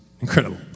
Incredible